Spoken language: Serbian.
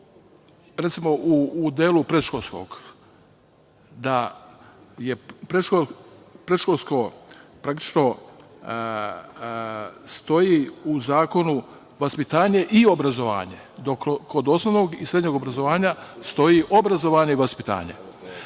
Recimo, u delu predškolskog. Praktično stoji u zakonu vaspitanje i obrazovanje, dok kod osnovnog i srednjeg obrazovanja stoji obrazovanje i vaspitanje.